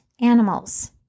animals